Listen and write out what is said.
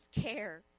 care